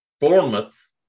Bournemouth